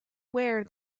where